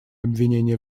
обвинения